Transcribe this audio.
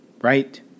Right